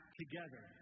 together